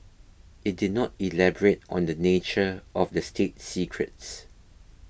it did not elaborate on the nature of the state secrets